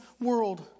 world